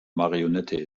marionette